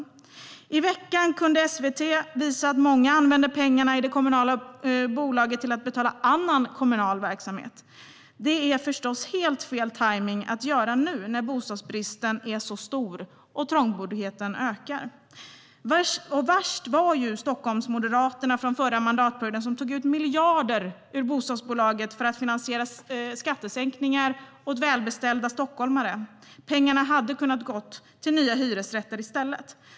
I veckan kunde SVT visa att många använder pengarna i det kommunala bolaget till att betala för annan kommunal verksamhet. Det är förstås helt fel tajmning att göra det nu när bostadsbristen är så stor och trångboddheten ökar. Värst var Stockholmsmoderaterna från förra mandatperioden, som tog ut miljarder ur bostadsbolaget för att finansiera skattesänkningar åt välbeställda stockholmare. Pengarna hade kunnat gå till nya hyresrätter i stället.